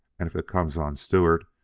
and if it comes on stewart,